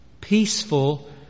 peaceful